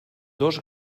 dos